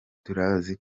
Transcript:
turazi